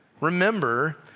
Remember